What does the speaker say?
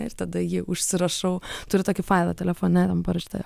ir tada jį užsirašau turiu tokį failą telefone parašyta